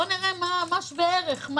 נראה מה שווה ערך.